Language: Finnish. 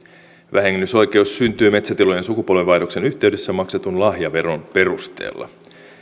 vähennysoikeus syntyy metsätilojen sukupolvenvaihdoksen yhteydessä maksetun lahjaveron perusteella